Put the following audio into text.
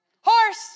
horse